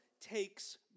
Takes